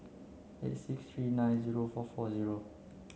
eight six three nine zero four four zero